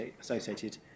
associated